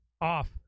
off